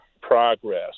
progress